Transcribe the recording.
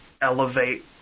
elevate